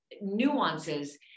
nuances